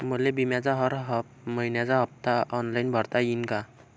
मले बिम्याचा हर मइन्याचा हप्ता ऑनलाईन भरता यीन का?